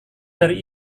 dari